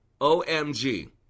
OMG